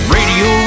Radio